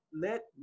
let